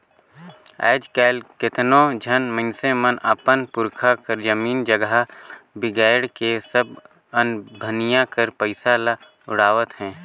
आएज काएल केतनो झन मइनसे मन अपन पुरखा कर जमीन जगहा ल बिगाएड़ के सब अनभनिया कर पइसा ल उड़ावत अहें